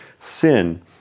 sin